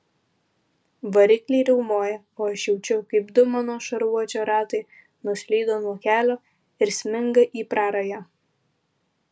varikliai riaumoja o aš jaučiu kaip du mano šarvuočio ratai nuslydo nuo kelio ir sminga į prarają